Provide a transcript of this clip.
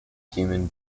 human